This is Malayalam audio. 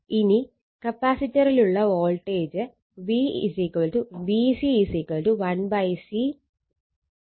ഇനി കപ്പാസിറ്ററിലുള്ള voltage V VC 1C ∫ Im sin ω t dt എന്നതാണ്